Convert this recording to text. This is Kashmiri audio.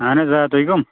اَہَن حظ آ تُہۍ کٕم